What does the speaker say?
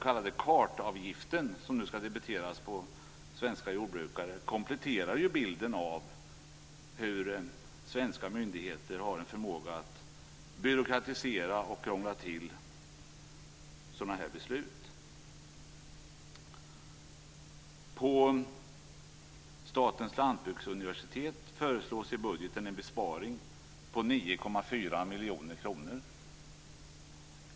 kartavgiften som nu skall debiteras svenska jordbrukare kompletterar ju bilden av hur svenska myndigheter har en förmåga att byråkratisera och krångla till sådana här beslut. För Statens lantbruksuniversitet föreslås i budgeten en besparing på 9,4 miljoner kronor.